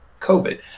COVID